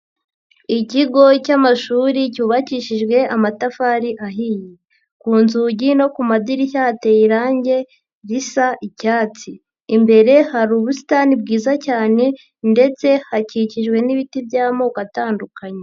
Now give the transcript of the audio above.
Ikigo cy'amashuri cyubakishijwe amatafari ahiye. Ku nzugi no ku madirishya ateye irange risa icyatsi. Imbere hari ubusitani bwiza cyane ndetse hakikijwe n'ibiti by'amoko atandukanye.